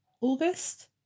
August